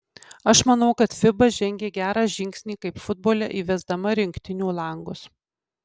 aš manau kad fiba žengė gerą žingsnį kaip futbole įvesdama rinktinių langus